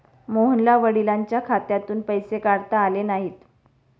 मोहनला वडिलांच्या खात्यातून पैसे काढता आले नाहीत